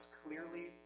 clearly